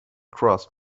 across